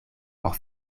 por